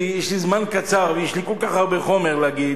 כי יש לי זמן קצר ויש לי כל כך הרבה חומר להגיד.